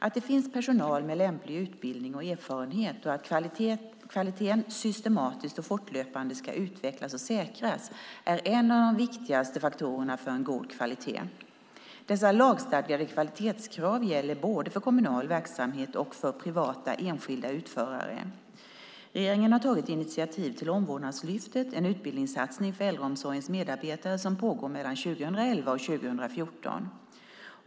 Att det finns personal med lämplig utbildning och erfarenhet och att kvaliteten systematiskt och fortlöpande ska utvecklas och säkras är en av de viktigaste faktorerna för en god kvalitet. Dessa lagstadgade kvalitetskrav gäller både för kommunal verksamhet och för privata/enskilda utförare. Regeringen har tagit initiativ till Omvårdnadslyftet, en utbildningssatsning för äldreomsorgens medarbetare som pågår mellan 2011 och 2014.